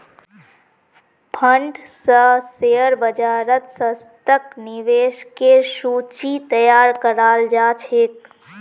fund स share बाजारत सशक्त निवेशकेर सूची तैयार कराल जा छेक